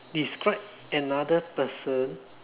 describe another person